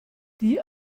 die